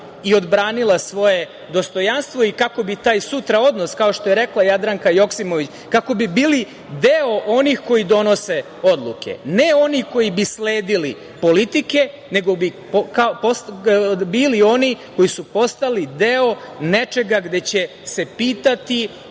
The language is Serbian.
i odbranila svoje dostojanstvo i kako bi taj sutra odnos, kao što je rekla Jadranka Joksimović, kako bi bili deo onih koji donose odluke, ne oni koji bi sledili politike bili oni koji su postali deo nečega gde će se pitati